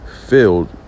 filled